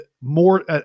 more